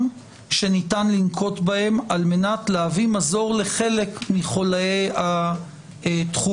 שניתן לנקוט אותם כדי להביא מזור לחלק מחוליי התחום.